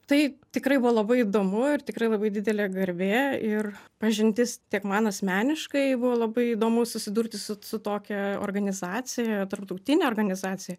tai tikrai buvo labai įdomu ir tikrai labai didelė garbė ir pažintis tiek man asmeniškai buvo labai įdomu susidurti su su tokia organizacija tarptautine organizacija